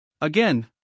Again